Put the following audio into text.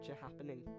happening